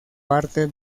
parte